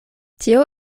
tio